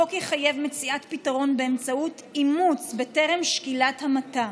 החוק יחייב מציאת פתרון באמצעות אימוץ בטרם שקילת המתה.